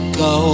go